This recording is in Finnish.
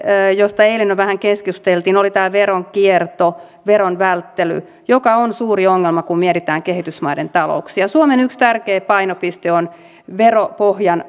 josta eilen jo vähän keskusteltiin tämä veronkierto veron välttely joka on suuri ongelma kun mietitään kehitysmaiden talouksia suomen yksi tärkeä painopiste on veropohjan